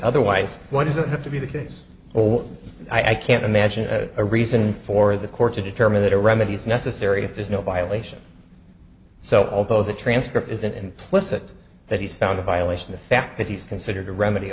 otherwise why does it have to be the case or i can't imagine a reason for the court to determine that a remedy is necessary if there's no violation so although the transcript isn't implicit that he's found a violation the fact that he's considered a remedy